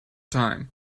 time